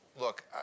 look